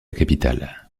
capitale